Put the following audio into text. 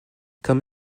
come